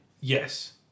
Yes